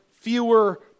Fewer